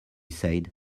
said